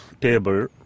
table